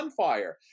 sunfire